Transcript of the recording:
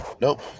Nope